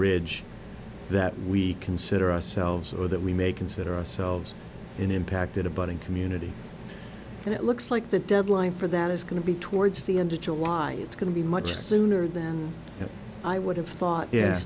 ridge that we consider ourselves so that we may consider ourselves in impacted abutting community and it looks like the deadline for that is going to be towards the end of july it's going to be much sooner than i would have thought ye